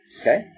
Okay